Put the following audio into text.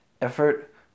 effort